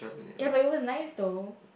ya but it was nice though